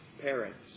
parents